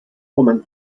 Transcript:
woman